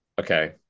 Okay